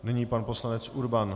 Nyní pan poslanec Urban.